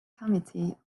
committee